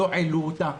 לא העלו אותה.